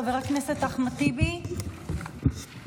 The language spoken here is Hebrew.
חבר הכנסת אחמד טיבי, בבקשה.